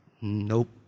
Nope